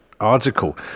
article